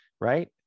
right